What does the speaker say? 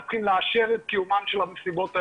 אנחנו צריכים לאשר את קיומן של המסיבות האלה,